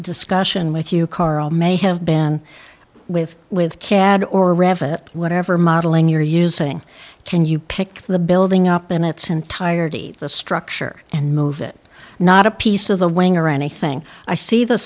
discussion with you carl may have been with with cad or revenue whatever modeling you're using can you pick the building up in its entirety the structure and move it not a piece of the wing or anything i see the